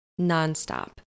nonstop